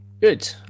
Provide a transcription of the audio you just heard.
Good